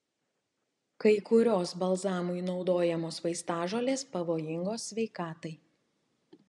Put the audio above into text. kai kurios balzamui naudojamos vaistažolės pavojingos sveikatai